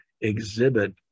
exhibit